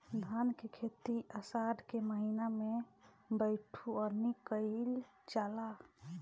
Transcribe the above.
धान के खेती आषाढ़ के महीना में बइठुअनी कइल जाला?